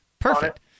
Perfect